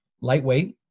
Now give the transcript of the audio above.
lightweight